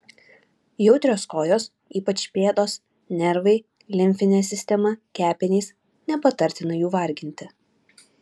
jautrios kojos ypač pėdos nervai limfinė sistema kepenys nepatartina jų varginti